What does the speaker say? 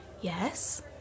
Yes